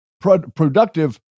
productive